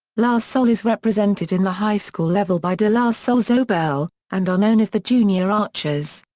la salle is represented in the high school level by de la salle zobel, and are known as the junior archers.